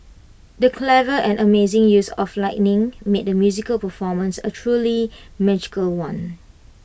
the clever and amazing use of lighting made the musical performance A truly magical one